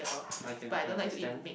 I can I understand